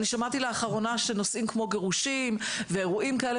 אני שמעתי לאחרונה שנושאים כמו גירושים ואירועים כאלה